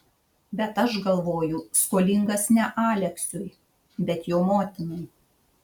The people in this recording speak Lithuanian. bet aš galvoju skolingas ne aleksiui bet jo motinai